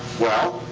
well,